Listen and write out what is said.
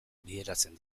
bideratzen